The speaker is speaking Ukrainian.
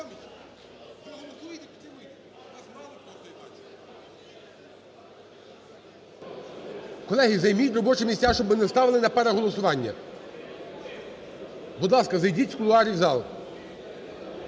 Колеги, займіть робочі місця, щоб ми не ставили на переголосування. Будь ласка, зайдіть з кулуарів у зал.